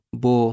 bo